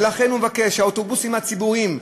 ולכן הוא מבקש שהאוטובוסים הציבוריים,